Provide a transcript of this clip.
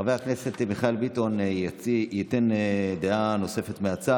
חבר הכנסת מיכאל ביטון ייתן דעה נוספת מהצד,